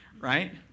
right